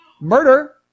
murder